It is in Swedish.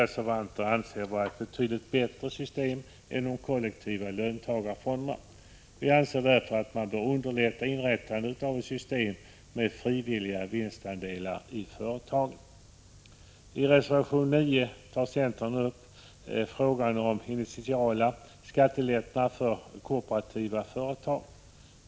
1985/86:106 ett betydligt bättre system än de kollektiva löntagarfonderna. Vi anser att man därför bör underlätta inrättandet av ett system med frivilliga vinstandelar i företagen. I reservation 9 tar centern upp frågan om initiala skattelättnader för kooperativa företag.